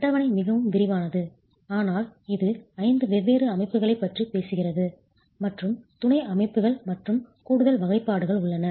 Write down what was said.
அட்டவணை மிகவும் விரிவானது ஆனால் இது 5 வெவ்வேறு அமைப்புகளைப் பற்றி பேசுகிறது மற்றும் துணை அமைப்புகள் மற்றும் கூடுதல் வகைப்பாடுகள் உள்ளன